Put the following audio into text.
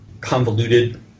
convoluted